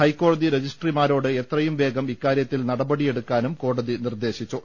ഹൈക്കോടതി രജിസ്ട്രിമാരോട് എത്രയും വേഗം ഇക്കാര്യത്തിൽ നടപടി യെടുക്കാനും കോടതി നിർദ്ദേശിച്ചു